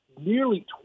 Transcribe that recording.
nearly